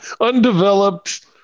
Undeveloped